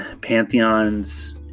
pantheons